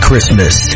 Christmas